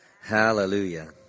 Hallelujah